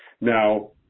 now